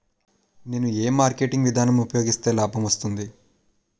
నేను ఏ మార్కెటింగ్ విధానం ఉపయోగిస్తే లాభం వస్తుంది?